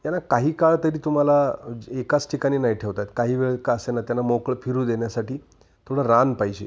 याना काही काळ तरी तुम्हाला जे एकाच ठिकाणी नाही ठेवता येत काही वेळ का असेना त्यांना मोकळं फिरू देण्यासाठी थोडं रान पाहिजे